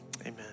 amen